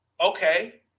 okay